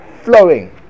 flowing